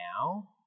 now